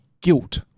guilt